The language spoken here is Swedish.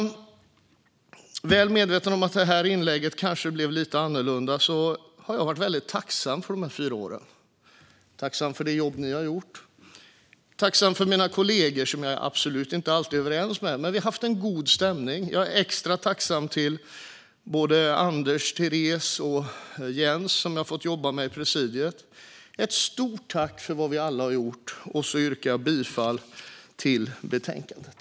Jag är väl medveten om att det här inlägget kanske blev lite annorlunda, men jag har varit väldigt tacksam för de här fyra åren. Jag är tacksam för det jobb ni har gjort. Jag är tacksam för mina kollegor - jag är absolut inte alltid överens med dem, men vi har haft en god stämning. Jag är extra tacksam till Anders, Teres och Jens, som jag har fått jobba med i presidiet. Jag vill rikta ett stort tack för vad vi alla har gjort. Jag yrkar bifall till förslaget i betänkandet.